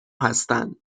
هستند